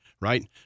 right